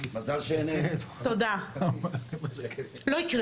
לא יקרה.